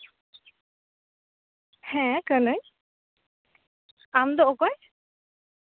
ᱦᱮᱸ ᱠᱟᱹᱱᱟᱹᱧ ᱟᱢ ᱫᱚ ᱚᱠᱚᱭ